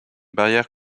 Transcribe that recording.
barrière